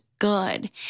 good